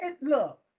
Look